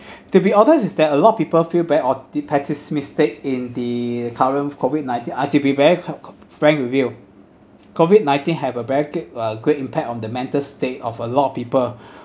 to be honest is that a lot of people feel very opti~ pessimistic in the current COVID nineteen I to be very co~ co~ frank with you COVID nineteen have a very great uh great impact on the mental state of a lot of people